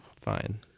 fine